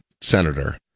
senator